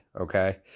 okay